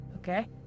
Okay